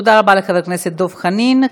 תודה רבה לחבר הכנסת דב חנין.